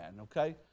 okay